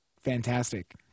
fantastic